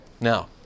Now